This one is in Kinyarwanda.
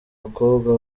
bakobwa